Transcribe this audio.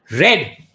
Red